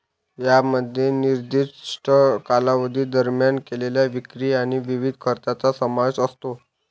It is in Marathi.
यामध्ये निर्दिष्ट कालावधी दरम्यान केलेल्या विक्री आणि विविध खर्चांचा समावेश असतो